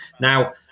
Now